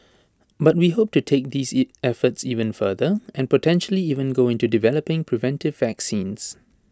but we hope to take these E efforts even further and potentially even go into developing preventive vaccines